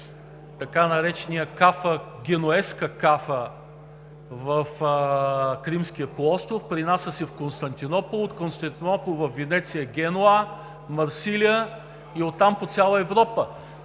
така наречения Кафа, Генуезка Кафа, в Кримския полуостров, пренася се в Константинопол, от Константинопол – във Венеция, Генуа, Марсилия и оттам по цяла Европа,